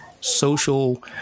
social